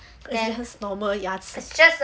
then it's normal 牙子